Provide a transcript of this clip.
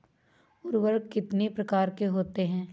उर्वरक कितनी प्रकार के होते हैं?